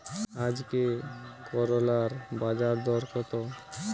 আজকে করলার বাজারদর কত?